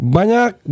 Banyak